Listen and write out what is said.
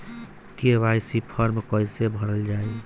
KYC form कइसे भरल जाइ?